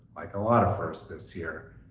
like a lot of firsts this year,